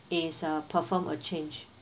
it's uh perform a change